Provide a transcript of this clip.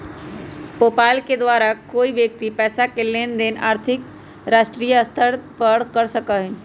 PayPal के द्वारा कोई व्यक्ति पैसा के लेन देन अंतर्राष्ट्रीय स्तर पर कर सका हई